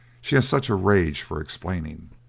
she has such a rage for explaining.